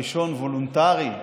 הראשון וולונטרי,